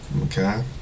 okay